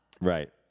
Right